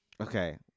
Okay